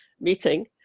meeting